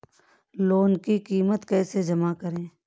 Loan की किश्त कैसे जमा करें?